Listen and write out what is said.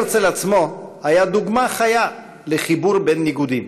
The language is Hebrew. הרצל עצמו היה דוגמה חיה לחיבור בין ניגודים: